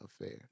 affair